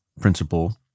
principle